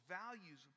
values